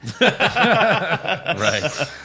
Right